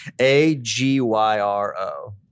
A-G-Y-R-O